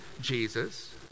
Jesus